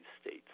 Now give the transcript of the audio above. states